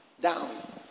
down